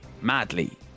Madly